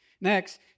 Next